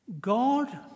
God